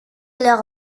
leur